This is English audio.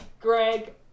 Greg